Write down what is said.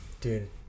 dude